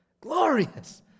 Glorious